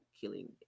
killing